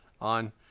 on